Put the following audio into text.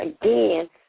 again